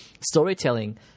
storytelling